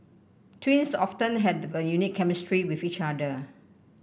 twins often have the unique chemistry with each other